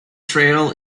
trail